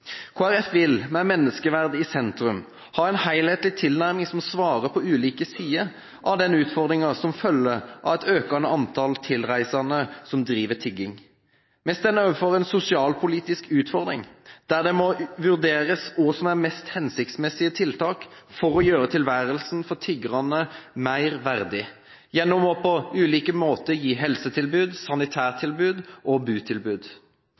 Folkeparti vil – med menneskeverdet i sentrum – ha en helhetlig tilnærming som svarer på ulike sider av den utfordringen som følger av et økende antall tilreisende som driver med tigging. Vi står overfor en sosialpolitisk utfordring, der det må vurderes hva som er hensiktsmessige tiltak for å gjøre tilværelsen for de tilreisende tiggerne mer verdig, gjennom på ulike måter å gi helse-, sanitær- og